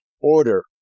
order